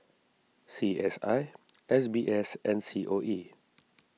C S I S B S and C O E